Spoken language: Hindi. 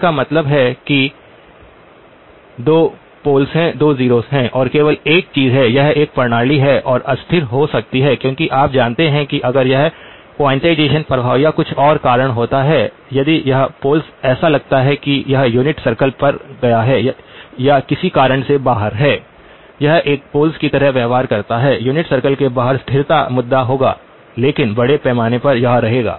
इसका मतलब है कि 2 पोल्स हैं 2 ज़ीरोस हैं और केवल एक चीज है यह एक प्रणाली है जो अस्थिर हो सकती है क्योंकि आप जानते हैं कि अगर यह क्वान्टिजेशन प्रभाव या कुछ और के कारण होता है यदि यह पोल्स ऐसा लगता है कि यह यूनिट सर्किल पर गया है या किसी कारण से बाहर है यह एक पोल्स की तरह व्यवहार करता है यूनिट सर्कल के बाहर स्थिरता मुद्दा होगा लेकिन बड़े पैमाने पर यह होगा